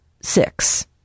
six